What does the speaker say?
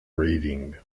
reading